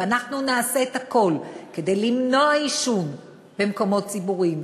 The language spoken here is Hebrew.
ואנחנו נעשה את הכול כדי למנוע עישון במקומות ציבוריים,